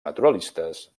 naturalistes